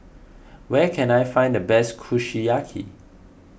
where can I find the best Kushiyaki